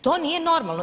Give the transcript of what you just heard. To nije normalno.